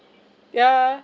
yeah